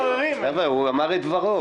חבר'ה, הוא אמר את דברו.